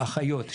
אחיות,